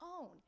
own